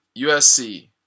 USC